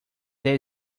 del